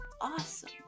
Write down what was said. awesome